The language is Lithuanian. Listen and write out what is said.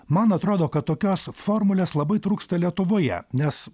man atrodo kad tokios formulės labai trūksta lietuvoje nes